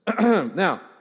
Now